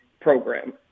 program